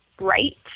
right